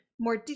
more